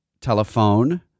telephone